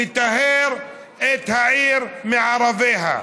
לטהר את העיר מערבייהָ.